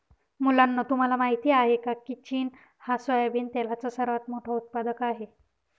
मुलांनो तुम्हाला माहित आहे का, की चीन हा सोयाबिन तेलाचा सर्वात मोठा उत्पादक आहे